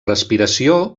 respiració